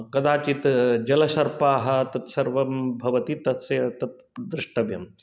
कदाचित् जलसर्पाः तत् सर्वं भवति तस्य तत् द्रष्टव्यं